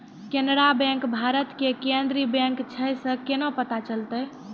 Canara bank Bharat के केन्द्रीय bank छै से केना पता चलतै?